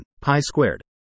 pi-squared